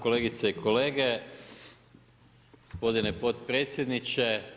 Kolegice i kolege, gospodine potpredsjedniče.